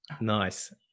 nice